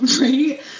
Right